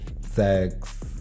sex